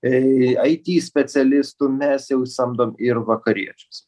e ai ti specialistų mes jau samdom ir vakariečius